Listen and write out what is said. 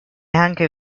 anche